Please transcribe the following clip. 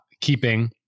keeping